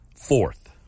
fourth